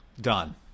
Done